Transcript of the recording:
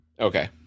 okay